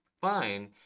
fine